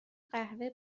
قهوه